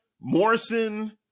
Morrison